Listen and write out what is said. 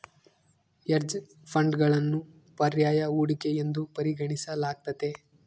hedge ಫಂಡ್ಗಳನ್ನು ಪರ್ಯಾಯ ಹೂಡಿಕೆ ಎಂದು ಪರಿಗಣಿಸಲಾಗ್ತತೆ